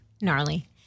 Gnarly